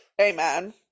Amen